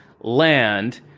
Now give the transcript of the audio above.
land